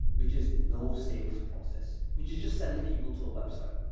which is no sales process, which is just sending people to a website.